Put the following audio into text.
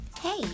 Hey